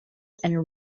and